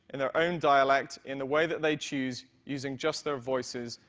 in their own dialect, in the way that they choose, using just their voices,